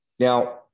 Now